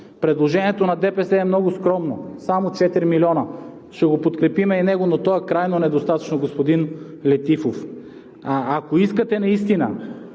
Предложението на ДПС е много скромно – само 4 милиона. Ще го подкрепим и него, но то е крайно недостатъчно, господин Летифов. Ако искате наистина